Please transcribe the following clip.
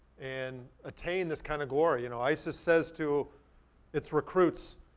and attain this kind of glory. you know isis says to its recruits,